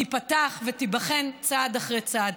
תיפתח ותיבחן צעד אחרי צעד.